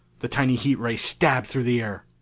the tiny heat ray stabbed through the air,